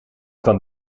kwam